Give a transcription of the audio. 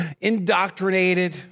indoctrinated